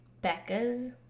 Becca's